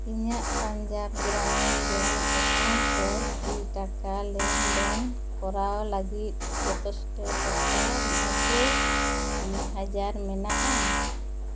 ᱤᱧᱟᱹᱜ Punjab Gramin bank account ᱨᱮ ᱠᱤ ᱴᱟᱠᱟ ᱞᱮᱱᱫᱮᱱ ᱠᱚᱨᱟᱣ ᱞᱟᱹᱜᱤᱫ ᱡᱚᱛᱷᱮᱥᱴᱚ ᱴᱟᱠᱟ ᱱᱚᱵᱽᱵᱚᱭ ᱦᱟᱡᱟᱨ ᱢᱮᱱᱟᱜᱼᱟ